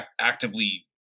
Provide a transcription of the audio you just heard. actively